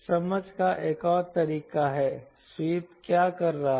समझ का एक और तरीका है स्वीप क्या कर रहा है